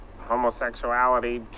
homosexuality